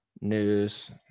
News